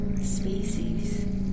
species